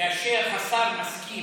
כאשר השר מסכים,